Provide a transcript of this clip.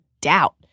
doubt